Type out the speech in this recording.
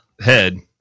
head